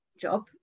job